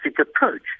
approach